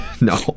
No